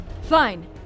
Fine